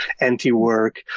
anti-work